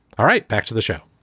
all right. back to the show.